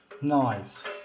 Nice